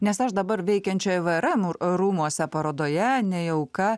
nes aš dabar veikiančioje vėerem r rūmuose parodoje nei auka